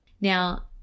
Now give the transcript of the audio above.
Now